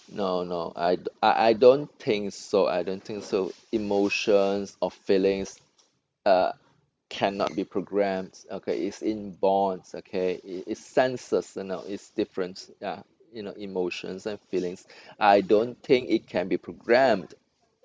no no I I I don't think so I don't think so emotions or feelings uh cannot be programmed okay it's inborne okay it it's senseless you know it's different ya you know emotions and feelings I don't think it can be programmed